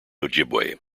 ojibwe